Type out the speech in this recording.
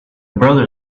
brother